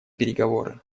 переговоры